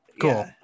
cool